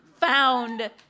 found